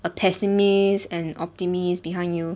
a pessimist and optimist behind you